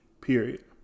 Period